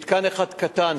מתקן אחד קטן,